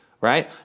right